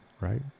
right